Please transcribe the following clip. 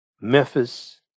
Memphis